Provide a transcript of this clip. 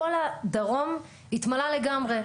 כל הדרום התמלא לגמרי,